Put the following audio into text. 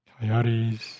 coyotes